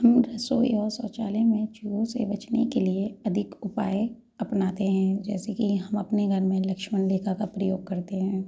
हम रसोई और शौचालय में चूहों से बचने के लिए अधिक उपाय अपनाते हैं जैसे कि हम अपने घर में लक्षमण रेखा का प्रयोग करते हैं